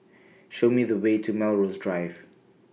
Show Me The Way to Melrose Drive